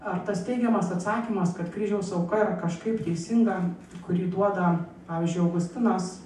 ar tas teigiamas atsakymas kad kryžiaus auka yra kažkaip teisinga kurį duoda pavyzdžiui augustinas